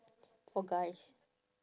for guys